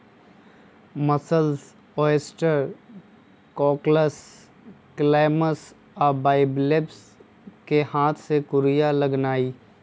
mussels, oyster, cockles, clams आ bivalves कें हाथ से कूरिया लगेनाइ